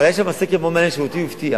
היה שם סקר מאוד מעניין, שאותי הפתיע: